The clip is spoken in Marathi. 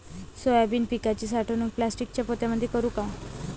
सोयाबीन पिकाची साठवणूक प्लास्टिकच्या पोत्यामंदी करू का?